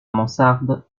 mansarde